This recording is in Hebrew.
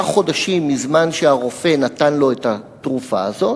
חודשים מזמן שהרופא נתן לו את התרופה הזאת,